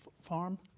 farm